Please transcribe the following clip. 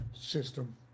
system